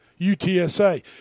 UTSA